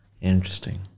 Interesting